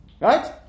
Right